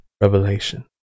revelation